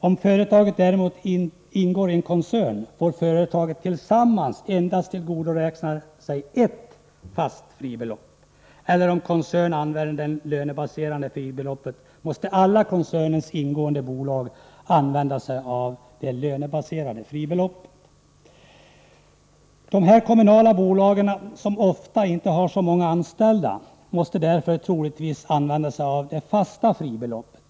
Om företaget däremot ingår i en koncern, får de tillsammans endast tillgodoräkna sig ett fast fribelopp eller, om koncernen använder det lönebaserade fribeloppet, måste alla i koncernen ingående bolag använda sig av det lönebaserade fribeloppet. Dessa kommunala bolag, som ofta inte har så många anställda, måste därför troligtvis använda sig av det fasta fribeloppet.